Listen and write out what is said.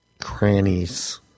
crannies